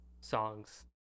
songs